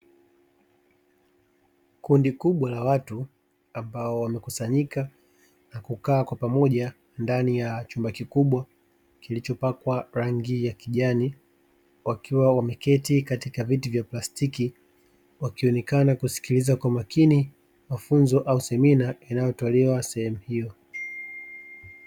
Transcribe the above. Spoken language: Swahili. Kundi kubwa la watu ambao wamekusanyika na kukaa kwa pamoja ndani ya chumba kikubwa kilichopakwa rangi ya kijani, wakiwa wameketi katika viti vya plastiki wakionekana kusikiliza kwa umakini mafunzo au semina inayotolewa sehemu hiyo.